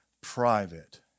private